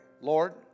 Lord